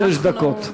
שש דקות.